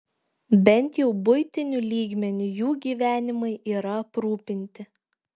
bent jau buitiniu lygmeniu jų gyvenimai yra aprūpinti